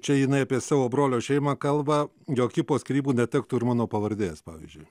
čia jinai apie savo brolio šeimą kalba jog ji po skyrybų netektų ir mano pavardės pavyzdžiui